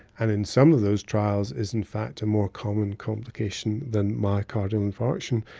and in some of those trials is in fact a more common complication than myocardial infarction.